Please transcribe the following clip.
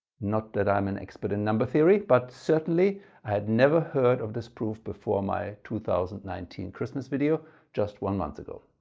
not that i'm an expert in number theory but certainly i had never heard of this proof before my two thousand and nineteen christmas video just one months ago.